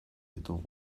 ditugu